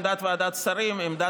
מכוח החלטת ממשלה,